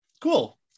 cool